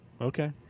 okay